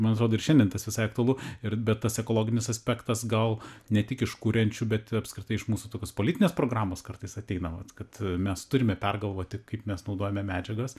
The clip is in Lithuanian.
man atrodo ir šiandien tas visai aktualu ir bet tas ekologinis aspektas gal ne tik iš kuriančių bet apskritai iš mūsų tokios politinės programos kartais ateina vat kad mes turime pergalvoti kaip mes naudojame medžiagas